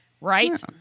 right